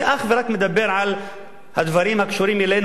אני אך ורק מדבר על הדברים הקשורים אלינו,